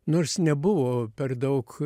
nors nebuvo per daug